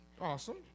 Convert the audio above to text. Awesome